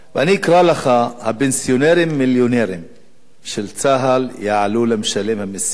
ואני אקרא לך: "הפנסיונרים-מיליונרים של צה"ל יעלו למשלם המסים